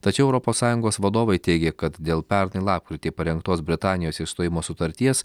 tačiau europos sąjungos vadovai teigia kad dėl pernai lapkritį parengtos britanijos išstojimo sutarties